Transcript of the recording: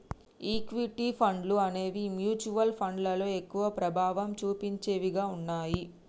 equity ఫండ్లు అనేవి mutual ఫండ్లలో ఎక్కువ ప్రభావం చుపించేవిగా ఉన్నయ్యి